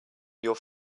your